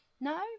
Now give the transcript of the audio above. No